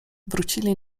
wrócili